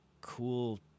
cool